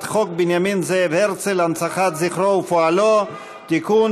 חוק בנימין זאב הרצל (הנצחת זכרו ופועלו) (תיקון,